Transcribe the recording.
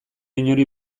inori